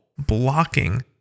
blocking